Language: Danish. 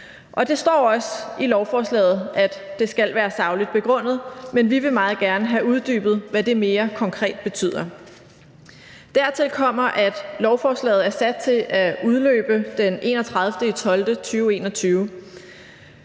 det står også i lovforslaget, at det skal være sagligt begrundet, men vi vil meget gerne have uddybet, hvad det mere konkret betyder. Dertil kommer, at lovforslaget er sat til at udløbe den 31.